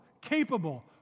capable